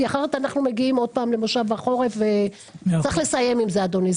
כי אחרת אנחנו מגיעים עוד פעם למשב החורף וצריך לסיים עם זה אדוני.